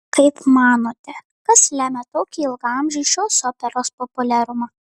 kaip manote kas lemia tokį ilgaamžį šios operos populiarumą